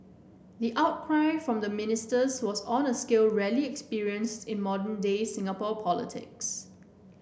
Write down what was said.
the outcry from the ministers was on a scale rarely experienced in modern day Singapore politics